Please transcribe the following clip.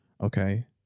Okay